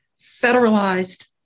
federalized